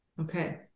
Okay